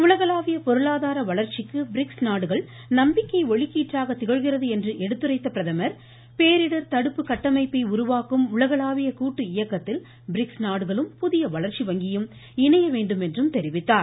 உலகளாவிய பொருளாதார வளர்ச்சிக்கு பிரிக்ஸ் நாடுகள் நம்பிக்கை ஒளிக்கீற்றாக திகழ்கிறது என்று எடுத்துரைத்த அவர் பேரிடர் தடுப்பு கட்டமைப்பை உருவாக்கும் உலகளாவிய கூட்டு இயக்கத்தில் பிரிக்ஸ் நாடுகளும் புதிய வளர்ச்சி வங்கியும் இணைய வேண்டும் என்றும் தெரிவித்தார்